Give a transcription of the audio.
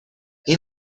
این